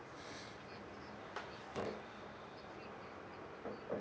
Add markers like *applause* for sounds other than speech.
*breath*